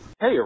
Hey